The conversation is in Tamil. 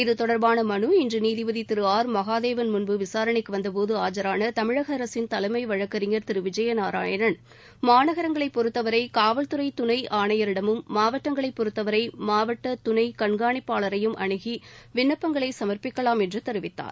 இத்தொடர்பான மலு இன்று நீதிபதி திரு ஆர் மகாதேவன் முன் விசாரணைக்கு வந்தபோது ஆஜான தமிழக அரசின் தலைமை வழக்கறிஞர் திரு விஜயநாராயணன் மாநகரங்களை பொறுத்தவரை காவல்துறை துணை ஆணையரிடமும் மாவட்டங்களை பொறுத்தவரை மாவட்ட குணை கண்காணிப்பாளரையும் அனுகி விண்ணப்பங்களை சமர்ப்பிக்கலாம் என்று தெரிவித்தார்